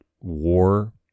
war